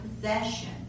possession